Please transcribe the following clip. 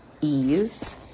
ease